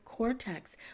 Cortex